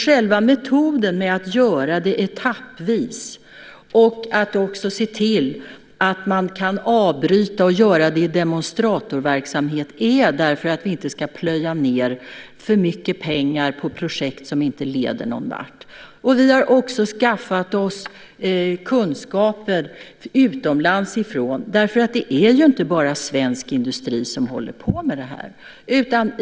Själva metoden att göra det etappvis och att se till att man kan avbryta och göra det i demonstratorverksamhet använder vi för att vi inte ska plöja ned för mycket pengar på projekt som inte leder någonvart. Vi har också skaffat oss kunskaper från utlandet. Det är inte bara svensk industri som håller på med det här.